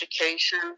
education